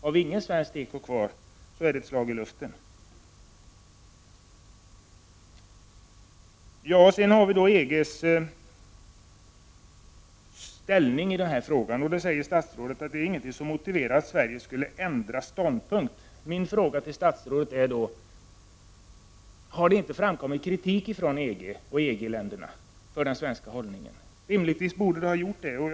Har vi ingen svensk tekoindustri kvar är det ett slag i luften. Sedan till EG:s ställning i den här frågan. Statsrådet säger att det inte finns något som motiverar att Sverige ändrar ståndpunkt. Min fråga till statsrådet blir då: Har det inte framkommit kritik från EG och EG-länderna mot den svenska hållningen? Det borde det rimligen ha framkommit.